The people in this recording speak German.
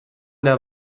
der